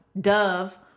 Dove